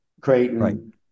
Creighton